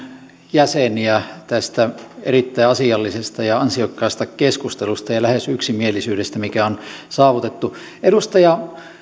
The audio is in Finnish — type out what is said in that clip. jäseniä tästä erittäin asiallisesta ja ansiokkaasta keskustelusta ja lähes yksimielisyydestä mikä on saavutettu edustaja